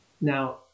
Now